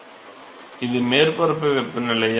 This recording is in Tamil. மாணவர் இது மேற்பரப்பு வெப்பநிலையா